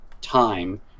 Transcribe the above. time